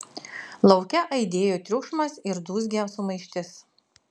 lauke aidėjo triukšmas ir dūzgė sumaištis